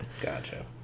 gotcha